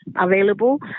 available